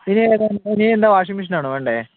ഇനിയേതാണ് ഇനിയെന്താ washing machine ആണോ വേണ്ടത്